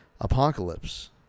apocalypse